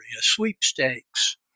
sweepstakes